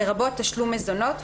לרבות תשלום מזונות,